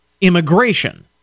immigration